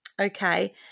okay